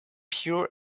pure